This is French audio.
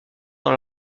dans